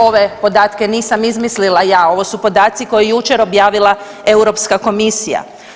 Ove podatke nisam izmislila, ovo su podaci koje je jučer objavila Europska komisija.